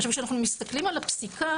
עכשיו כשאנחנו מסתכלים על הפסיקה,